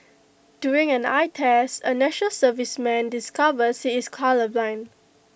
during an eye test A National Serviceman discovers he is colourblind